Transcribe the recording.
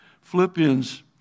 Philippians